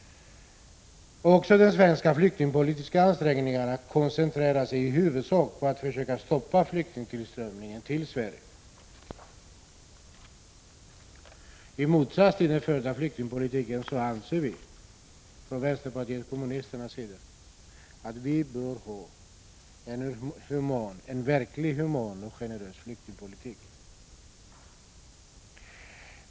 Också de svenska flyktingpolitiska ansträngningarna koncentreras i huvudsak på att försöka stoppa flyktingtillströmningen till Sverige. Vänsterpartiet kommunisterna anser att Sverige, i motsats till den politik som förs, bör ha en verkligt human och generös flyktingpolitik.